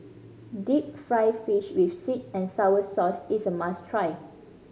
deep fried fish with sweet and sour sauce is a must try